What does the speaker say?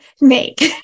make